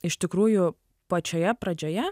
iš tikrųjų pačioje pradžioje